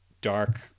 dark